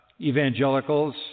evangelicals